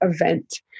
event